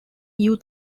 youth